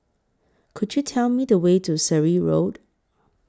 Could YOU Tell Me The Way to Surrey Road